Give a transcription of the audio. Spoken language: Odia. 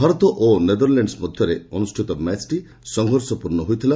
ଭାରତ ଓ ନେଦରଲାଣ୍ଡ ମଧରେ ଅନୁଷ୍ଷିତ ମ୍ୟାଚ୍ଟି ସଂଘର୍ଷପ୍ରର୍ଷ ହୋଇଥିଲା